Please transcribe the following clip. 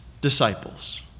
disciples